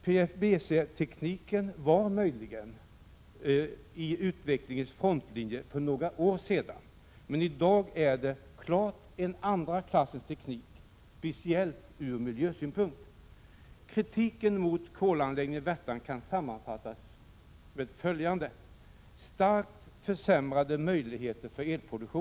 PFBC-tekniken var möjligen i utvecklingens frontlinje för några år sedan, men i dag är det klart en andra klassens teknik, speciellt ur miljösynpunkt. Kritiken mot kolanläggningen i Värtan kan sammanfattas på följande sätt: - Den försämrar starkt möjligheter för elproduktion.